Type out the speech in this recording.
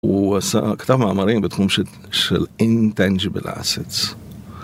הוא עשה.. כתב מאמרים בתחום של Intangible Assets